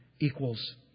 equals